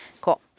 Cool